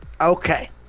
okay